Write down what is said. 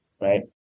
right